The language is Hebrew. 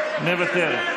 מוותר.